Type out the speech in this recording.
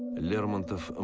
lermontov